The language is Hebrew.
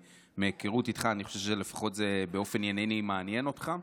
ומהיכרות איתך אני חושב שלפחות באופן ענייני זה מעניין אותך,